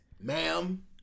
ma'am